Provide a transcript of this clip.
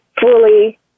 fully